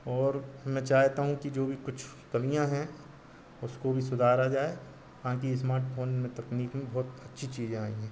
और मैं चाहता हूँ कइ जो भी कुछ कमियाँ हैं उसको भी सुधारा जाए बाक़ी इस्मार्टफोन में तकनीक में बहुत अच्छी चीज़ें आई हैं